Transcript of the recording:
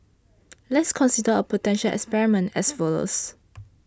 let's consider a potential experiment as follows